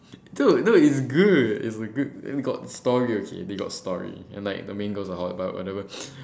dude no it's good it's a good and they got story okay they got story and like the main girls are hot but whatever